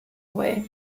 away